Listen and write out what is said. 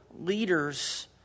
leaders